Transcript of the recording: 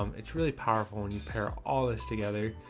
um it's really powerful when you pair all this together.